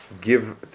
give